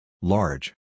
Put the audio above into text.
Large